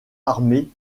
armé